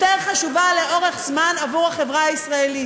חשובה לאורך זמן עבור החברה הישראלית.